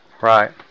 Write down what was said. Right